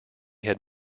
had